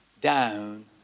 down